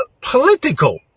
political